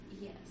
Yes